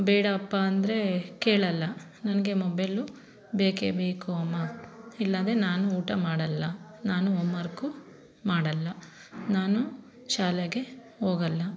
ಬೇಡಪ್ಪ ಅಂದರೆ ಕೇಳಲ್ಲ ನನಗೆ ಮೊಬೈಲು ಬೇಕೇ ಬೇಕು ಅಮ್ಮ ಇಲ್ಲಾಂದರೆ ನಾನು ಊಟ ಮಾಡಲ್ಲ ನಾನು ಓಮರ್ಕು ಮಾಡಲ್ಲ ನಾನು ಶಾಲೆಗೆ ಹೋಗಲ್ಲ